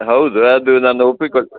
ಹೌದು ಅದು ನಾನು ಒಪ್ಪಿಕೊಳ್ಳು